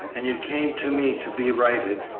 and you came to me to be righted,